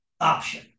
option